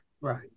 Right